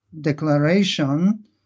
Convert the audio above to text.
declaration